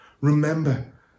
Remember